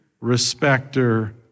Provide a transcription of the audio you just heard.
respecter